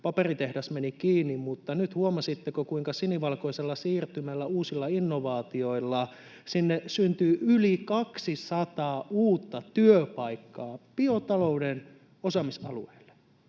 paperitehdas meni kiinni, mutta nyt huomasitteko, kuinka sinivalkoisella siirtymällä, uusilla innovaatioilla, sinne syntyy yli 200 uutta työpaikkaa biotalouden osaamisalueelle.